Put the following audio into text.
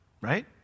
Right